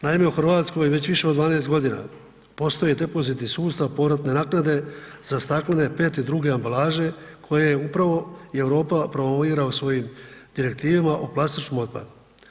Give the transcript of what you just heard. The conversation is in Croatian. Naime u Hrvatskoj već više od 12 godine postoji depozitni sustav povratne naknade, za staklene, PET i druge ambalaže koje upravo Europa promovira u svojim direktivama o plastičnom otpadu.